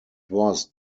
was